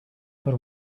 but